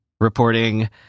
reporting